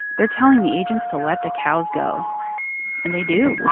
they're telling the agents to let the cows go and they do